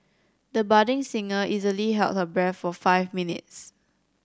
the budding singer easily held her breath for five minutes